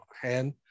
hand